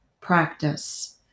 Practice